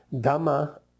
Dama